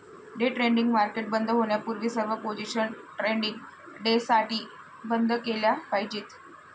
day trading market बंद होण्यापूर्वी सर्व पोझिशन्स ट्रेडिंग डेसाठी बंद केल्या पाहिजेत